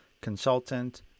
consultant